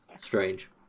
Strange